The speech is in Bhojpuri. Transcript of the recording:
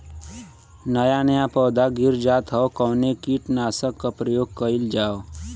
नया नया पौधा गिर जात हव कवने कीट नाशक क प्रयोग कइल जाव?